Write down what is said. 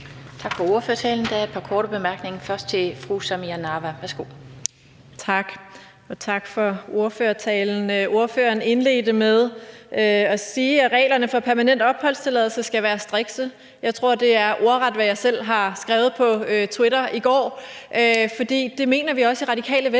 Tak for ordførertalen. Der er et par korte bemærkninger, først til fru Samira Nawa. Værsgo. Kl. 14:52 Samira Nawa (RV): Tak, og tak for ordførertalen. Ordføreren indledte med at sige, at reglerne for permanent opholdstilladelse skal være strikse. Jeg tror, det er ordret, hvad jeg selv har skrevet på Twitter i går. For det mener vi også i Radikale Venstre